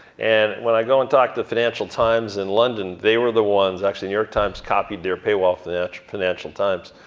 and when i go and talk to financial times in london, they were the ones, actually new york times copied their paywall, financial financial times.